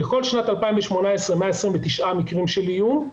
בכל שנת 2018 129 מקרים של איום,